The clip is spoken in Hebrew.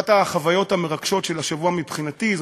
אחת החוויות המרגשות של השבוע מבחינתי היא